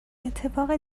اتفاق